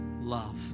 love